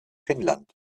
finnland